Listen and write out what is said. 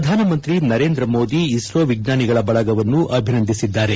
ಪ್ರಧಾನಮಂತ್ರಿ ನರೇಂದ್ರ ಮೋದಿ ಇಸ್ರೋ ವಿಜ್ಞಾನಿಗಳ ಬಳಗವನ್ನು ಅಭಿನಂದಿಸಿದ್ದಾರೆ